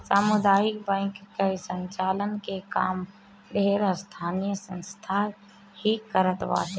सामुदायिक बैंक कअ संचालन के काम ढेर स्थानीय संस्था ही करत बाटे